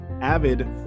avid